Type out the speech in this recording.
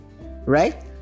Right